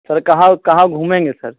sir कहाँ कहाँ घूमेंगे सर